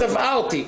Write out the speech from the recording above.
היא תבעה אותי.